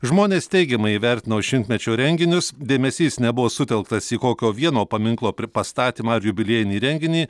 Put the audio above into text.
žmonės teigiamai įvertino šimtmečio renginius dėmesys nebuvo sutelktas į kokio vieno paminklo pastatymą ar jubiliejinį renginį